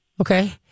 Okay